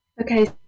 Okay